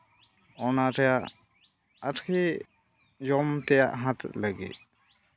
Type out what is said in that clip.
ᱚᱱᱟᱨᱮ ᱟᱨᱠᱤ ᱡᱚᱢ ᱛᱮᱭᱟᱜ ᱦᱟᱛᱟᱣ ᱞᱟᱹᱜᱤᱫ